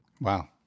Wow